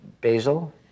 basil